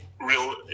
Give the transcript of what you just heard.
real